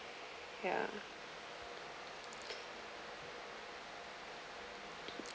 ya